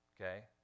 okay